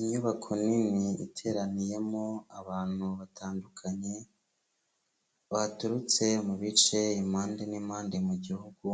Inyubako nini iteraniyemo abantu batandukanye, baturutse mu bice impande n'impande mu Gihugu,